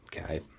okay